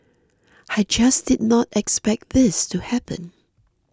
I just did not expect this to happen